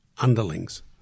underlings